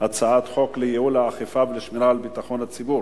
הצעת חוק לייעול האכיפה ולשמירה על ביטחון הציבור